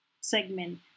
segment